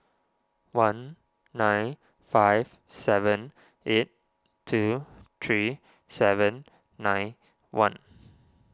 one nine five seven eight two three seven nine one